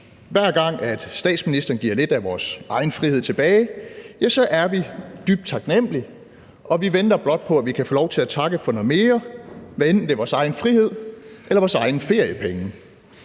Hver gang statsministeren giver os lidt af vores egen frihed tilbage, er vi dybt taknemmelige, og vi venter blot på, at vi kan få lov til at takke for noget mere, hvad enten det er vores egen frihed eller vores egne feriepenge.